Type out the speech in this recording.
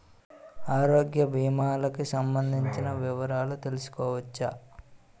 ఆరోగ్య భీమాలకి సంబందించిన వివరాలు తెలుసుకోవచ్చా?